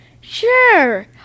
Sure